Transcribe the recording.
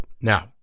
Now